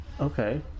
Okay